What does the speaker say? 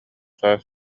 саас